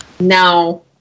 No